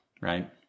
right